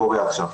עכשיו קורה.